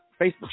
Facebook